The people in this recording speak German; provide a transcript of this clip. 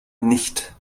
nicht